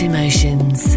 Emotions